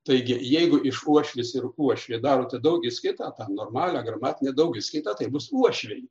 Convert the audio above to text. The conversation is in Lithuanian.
taigi jeigu iš uošvis ir uošvė darote daugiskaitą tą normalią gramatinę daugi skaitą tai bus uošviai